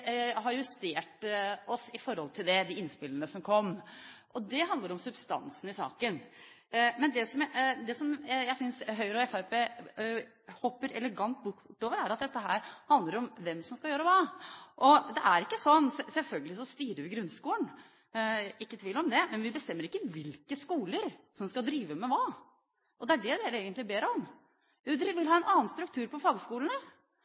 har justert oss i forhold til de innspillene som kom, og dét handler om substansen i saken. Det jeg synes Høyre og Fremskrittspartiet hopper elegant over, er at dette handler om hvem som skal gjøre hva. Selvfølgelig styrer vi grunnskolen, det er ingen tvil om det, men vi bestemmer ikke hvilke skoler som skal drive med hva – og det er det dere egentlig ber om. Jo, dere vil ha en annen struktur på fagskolene.